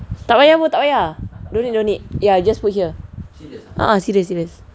tak payah pun tak payah no need no need ya just put here a'ah serious serious